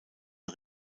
ein